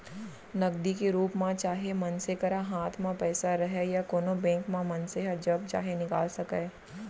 नगदी के रूप म चाहे मनसे करा हाथ म पइसा रहय या कोनों बेंक म मनसे ह जब चाहे निकाल सकय